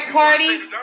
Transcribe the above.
parties